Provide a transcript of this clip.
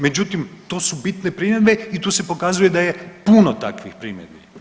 Međutim, to su bitne primjedbe i tu se pokazuje da je puno takvih primjedbi.